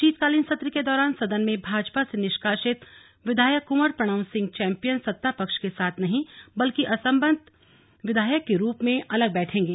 शीतकालीन सत्र के दौरान सदन में भाजपा से निष्कासित विधायक कुंवर प्रणव सिंह चैंपियन सत्तापक्ष के साथ नहीं बल्कि असंबद्ध विधायक के रूप में अलग बैठेंगे